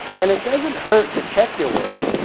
and it doesn't hurt to check your work.